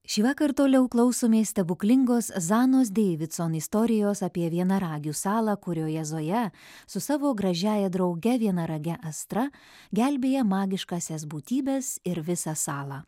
šįvakar toliau klausomės stebuklingos zanos deividson istorijos apie vienaragių salą kurioje zoja su savo gražiąja drauge vienarage astra gelbėja magiškąsias būtybes ir visą salą